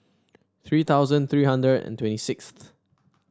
three thousand three hundred and twenty six